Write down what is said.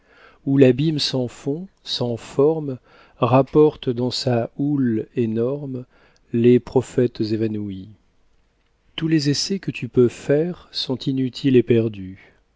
où l'abîme sans fond sans forme rapporte dans sa houle énorme les prophètes évanouis tous les essais que tu peux faire sont inutiles et perdus